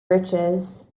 riches